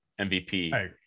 mvp